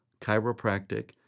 chiropractic